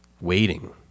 waiting